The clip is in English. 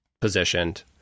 positioned